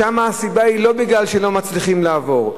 שם הסיבה היא לא מפני שהם לא מצליחים לעבור.